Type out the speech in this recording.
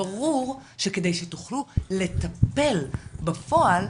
ברור שכדי שתוכלו לטפל בפועל,